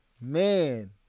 man